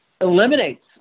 eliminates